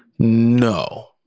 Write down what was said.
No